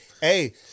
hey